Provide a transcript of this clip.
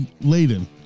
laden